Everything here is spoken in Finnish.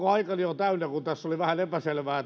aikani on täynnä kun tässä oli vähän epäselvää